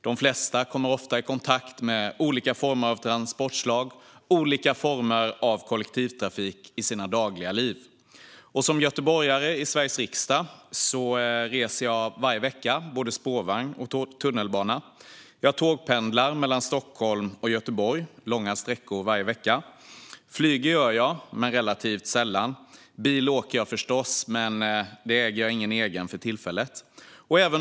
De flesta kommer ofta i kontakt med olika former av transportslag och olika former av kollektivtrafik i sina dagliga liv. Som göteborgare i Sveriges riksdag reser jag varje vecka med både spårvagn och tunnelbana. Jag tågpendlar mellan Stockholm och Göteborg långa sträckor varje vecka. Flyger gör jag, men relativt sällan. Bil åker jag förstås, men jag äger ingen egen för tillfället.